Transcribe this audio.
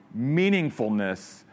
meaningfulness